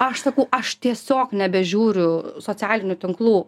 aš sakau aš tiesiog nebežiūriu socialinių tinklų